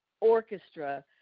orchestra